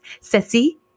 Ceci